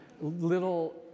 little